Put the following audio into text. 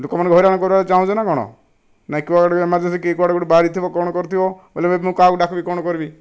ଲୋକମାନଙ୍କୁ ହଇରାଣ କରିବାକୁ ଚାହୁଁଛ ନା କ'ଣ ନାହିଁ କିଏ କୁଆଡ଼େ ଏମେର୍ଜେନ୍ସିରେ କେହି କୁଆଡ଼େ ଗୋଟିଏ ବାହାରିଥିବ କ'ଣ କରୁଥିବ ବଲେ ମୁଁ କାହାକୁ ଡାକିବି କ'ଣ କରିବି